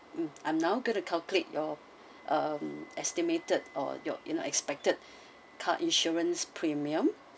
mm I'm now going to calculate your um estimated or your you know expected car insurance premium